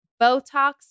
Botox